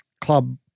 club